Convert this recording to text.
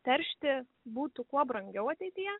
teršti būtų kuo brangiau ateityje